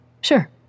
Sure